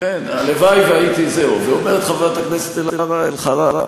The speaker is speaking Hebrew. הלוואי שהייתי ואומרת חברת הכנסת אלחרר,